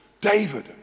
David